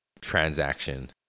transaction